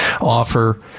offer